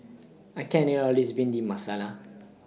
I can't eat All of This Bhindi Masala